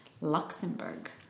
Luxembourg